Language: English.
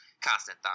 constant